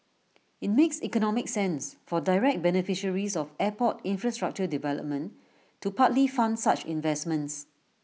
IT makes economic sense for direct beneficiaries of airport infrastructure development to partly fund such investments